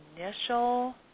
initial